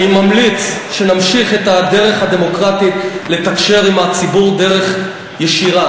אני ממליץ שנמשיך את הדרך הדמוקרטית לתקשר עם הציבור בדרך ישירה.